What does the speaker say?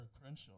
Crenshaw